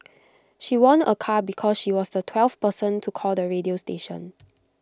she won A car because she was the twelfth person to call the radio station